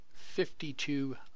52